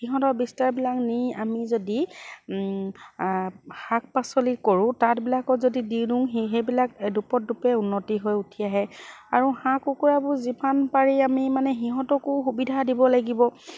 সিহঁতৰ বিস্তাৰবিলাক নি আমি যদি শাক পাচলি কৰো তাতবিলাকত যদি দি দিওঁ স সেইবিলাক দুপৰ দুপে উন্নতি হৈ উঠি আহে আৰু হাঁহ কুকুৰাবোৰ যিমান পাৰি আমি মানে সিহঁতকো সুবিধা দিব লাগিব